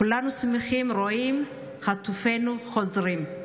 כולנו שמחים לראות את חטופינו חוזרים,